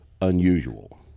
unusual